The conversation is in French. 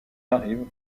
arrivent